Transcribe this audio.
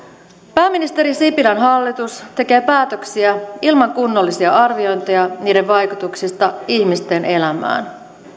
pääministeri sipilän hallitus tekee päätöksiä ilman kunnollisia arviointeja niiden vaikutuksista ihmisten elämään